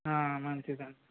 మంచిది అండి